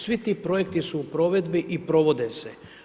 Svi ti projekti su u provedbi i provode se.